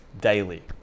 daily